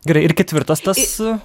gerai ir ketvirtas tas